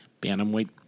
Bantamweight